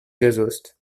gazost